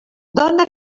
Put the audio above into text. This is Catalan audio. dona